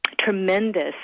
tremendous